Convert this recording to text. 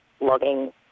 logging